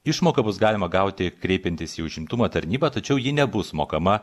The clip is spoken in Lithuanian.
išmoką bus galima gauti kreipiantis į užimtumo tarnybą tačiau ji nebus mokama